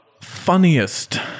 funniest